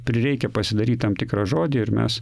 prireikia pasidaryt tam tikrą žodį ir mes